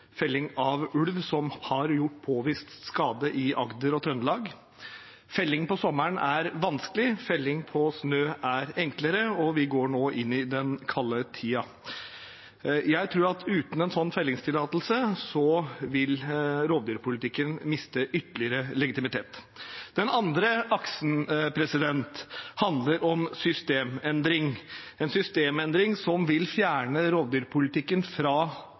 Felling om sommeren er vanskelig, felling på snø er enklere, og vi går nå inn i den kalde tiden. Jeg tror at uten en slik fellingstillatelse vil rovdyrpolitikken miste ytterligere legitimitet. Den andre aksen handler om en systemendring som vil fjerne rovdyrforvaltningen fra